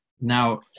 Now